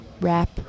rap